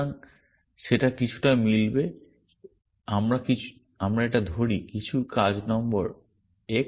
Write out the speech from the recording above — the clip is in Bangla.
সুতরাং সেটা কিছুটা মিলবে আমরা এটা ধরি কিছু কাজ নম্বর x